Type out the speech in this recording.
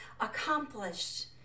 accomplished